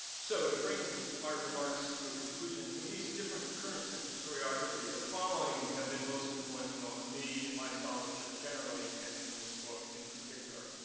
so to bring my remarks to a conclusion, from these different currents in historiography, the following have been most influential on me and my scholarship generally and in this book in particular